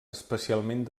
especialment